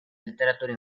literatura